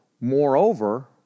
Moreover